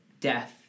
death